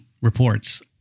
reports